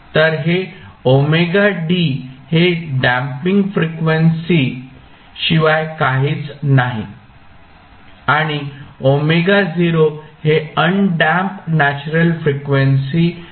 तर हे ωd हे डॅम्पिंग फ्रिक्वेन्सी शिवाय काहीच नाही आणि ω0 हे अन्डॅम्पड नॅचरल फ्रिक्वेन्सी आहे